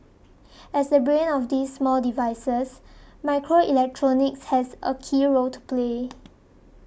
as the brain of these small devices microelectronics has a key role to play